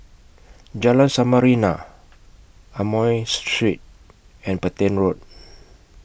Jalan Samarinda Amoy Street and Petain Road